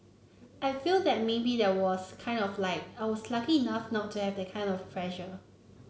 I feel that maybe that was kind of like I was lucky enough not to have that kind of pressure